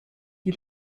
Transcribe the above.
die